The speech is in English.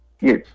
Yes